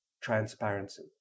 transparency